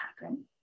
happen